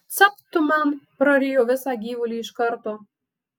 capt tu man prarijo visą gyvulį iš karto